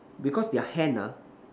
because their hand lah